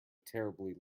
terribly